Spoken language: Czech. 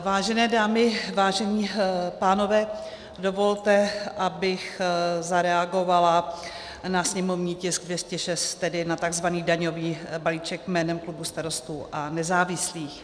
Vážené dámy, vážení pánové, dovolte, abych zareagovala na sněmovní tisk 206, tedy na tzv. daňový balíček, jménem klubu Starostů a nezávislých.